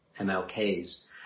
MLK's